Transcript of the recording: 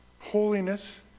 Holiness